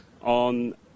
on